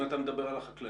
אם אתה מדברים על החקלאים,